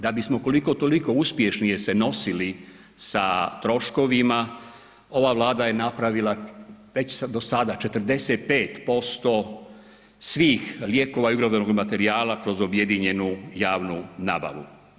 Da bismo koliko toliko uspješnije se nosili sa troškovima ova Vlada je napravila već do sada 45% svih lijekova i ... materijala kroz objedinjenu javnu nabavu.